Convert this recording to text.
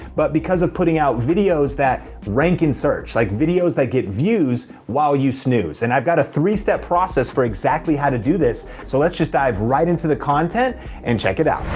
but because of putting out videos that rank in search. like, videos that get views while you snooze. and i've got a three step process for exactly how to do this so let's just dive right into the content and check it out.